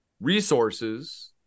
resources